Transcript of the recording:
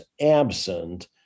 absent